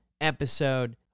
episode